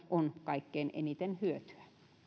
on kaikkein eniten hyötyä